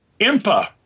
Impa